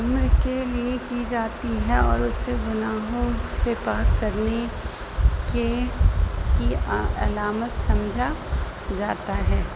عمر کے لیے کی جاتی ہے اور اسے گناہوں سے پاک کرنے کے کی آ علامت سمجھا جاتا ہے